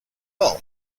all